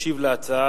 ישיב על ההצעה